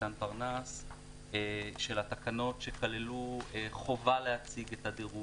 איתן פרנס, של התקנות שכללו חובה להציג את הדירוג,